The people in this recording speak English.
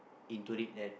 into it right